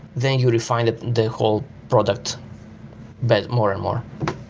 then you refine the whole product but more and more.